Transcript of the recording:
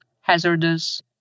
hazardous